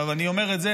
אני אומר את זה,